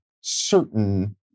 certain